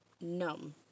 numb